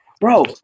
Bro